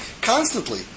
Constantly